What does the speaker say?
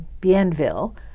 Bienville